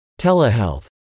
Telehealth